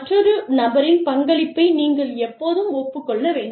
மற்றொரு நபரின் பங்களிப்பை நீங்கள் எப்போதும் ஒப்புக் கொள்ள வேண்டும்